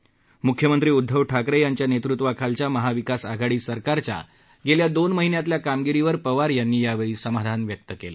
म्ख्यमंत्री उध्दव ठाकरे यांच्या नेतृत्वाखालील महाविकास आघाडी सरकारच्या गेल्या दोन महिन्यातील कामगिरीवर पवार यांनी यावेळी समाधान व्यक्त केलं